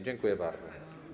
Dziękuję bardzo.